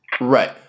Right